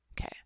Okay